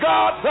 God